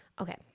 okay